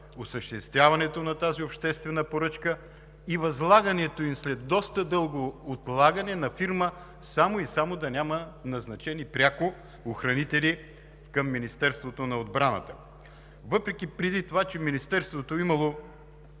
осъществяването на тази обществена поръчка и възлагането ѝ на фирма след доста дълго отлагане, само и само да няма назначени пряко охранители към Министерството на отбраната, въпреки че преди това Министерството е имало